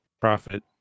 profit